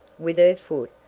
with her foot,